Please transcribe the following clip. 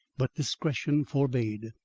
but discretion forbade.